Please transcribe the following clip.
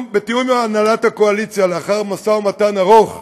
בתיאום עם הנהלת הקואליציה, לאחר משא ומתן ארוך,